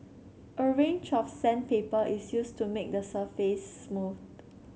a range of sandpaper is used to make the surface smooth